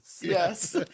Yes